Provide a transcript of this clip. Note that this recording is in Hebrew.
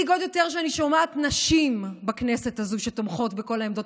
של עמדות ששוללות מנשים את הזכות הטבעית,